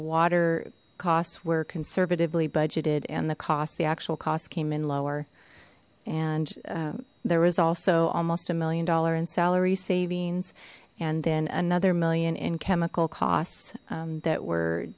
water costs were conservatively budgeted and the cost the actual cost came in lower and there was also almost a million dollar in salary savings and then another million in chemical costs that were